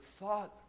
Father